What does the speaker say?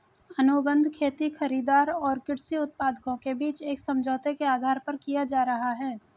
अनुबंध खेती खरीदार और कृषि उत्पादकों के बीच एक समझौते के आधार पर किया जा रहा है